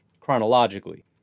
chronologically